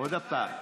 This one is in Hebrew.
עוד פעם.